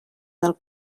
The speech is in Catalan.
del